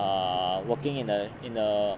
err working in a in a